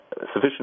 sufficient